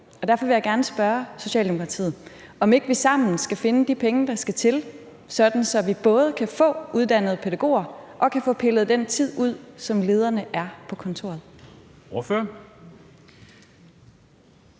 Derfor vil jeg gerne spørge Socialdemokratiet, om vi ikke sammen skal finde de penge, der skal til, sådan at vi både kan få bedre pædagoger og få pillet den tid ud, hvor lederne er på kontoret.